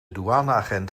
douaneagent